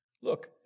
look